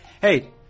Hey